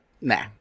nah